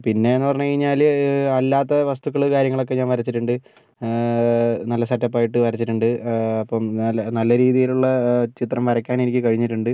പിന്നേന്നു പറഞ്ഞു കഴിഞ്ഞാൽ അല്ലാത്ത വസ്തുക്കൾ കാര്യങ്ങളൊക്കെ ഞാൻ വരച്ചിട്ടുണ്ട് നല്ല സെറ്റപ്പായിട്ട് വരച്ചിട്ടുണ്ട് അപ്പം നല്ല നല്ല രീതിയിലുള്ള ചിത്രം വരയ്ക്കാൻ എനിക്ക് കഴിഞ്ഞിട്ടുണ്ട്